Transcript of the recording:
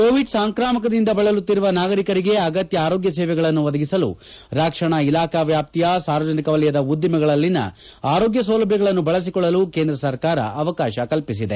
Covid ಸಾಂಕ್ರಾಮಿಕದಿಂದ ಬಳಲುತ್ತಿರುವ ನಾಗರೀಕರಿಗೆ ಅಗತ್ಯ ಆರೋಗ್ಯ ಸೇವೆಗಳನ್ನು ಒದಗಿಸಲು ರಕ್ಷಣಾ ಇಲಾಖಾ ವ್ಯಾಪ್ತಿಯ ಸಾರ್ವಜನಿಕ ವಲಯದ ಉದ್ವಿಮೆಗಳಲ್ಲಿನ ಆರೋಗ್ಯ ಸೌಲಭ್ಯಗಳನ್ನು ಬಳಸಿಕೊಳ್ಳಲು ಕೇಂದ್ರ ಸರ್ಕಾರ ಅವಕಾಶ ಕಲ್ಪಿಸಿದೆ